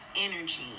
energy